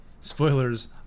Spoilers